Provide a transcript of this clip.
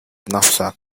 knapsack